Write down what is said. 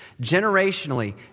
generationally